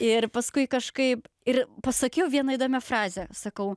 ir paskui kažkaip ir pasakiau vieną įdomią frazę sakau